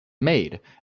made